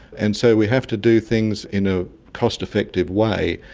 and so we have to do things in a cost effective way.